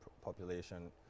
population